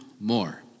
more